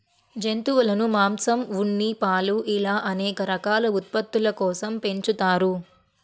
జంతువులను మాంసం, ఉన్ని, పాలు ఇలా అనేక రకాల ఉత్పత్తుల కోసం పెంచుతారు